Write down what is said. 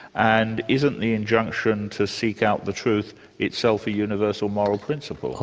and isn't the injunction to seek out the truth itself a universal moral principle?